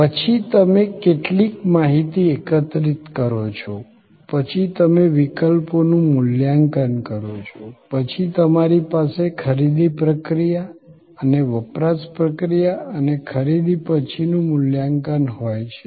પછી તમે કેટલીક માહિતી એકત્રિત કરો છો પછી તમે વિકલ્પોનું મૂલ્યાંકન કરો છો પછી તમારી પાસે ખરીદી પ્રક્રિયા અને વપરાશ પ્રક્રિયા અને ખરીદી પછીનું મૂલ્યાંકન હોય છે